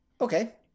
Okay